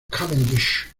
cavendish